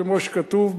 כמו שכתוב,